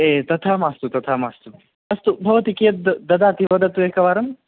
ये तथा मास्तु तथा मास्तु अस्तु भवती कियत् ददाति वदतु एकवारं